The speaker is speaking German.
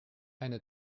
eine